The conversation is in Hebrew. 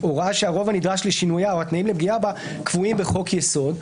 "הוראה שהרוב הנדרש לשינויה או התנאים לפגיעה בה קבועים בחוק יסוד",